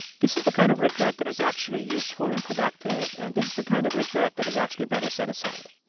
this is the kind of regret that is actually useful and productive, and this is the kind of regret that is actually better set aside?